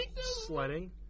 Sledding